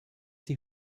die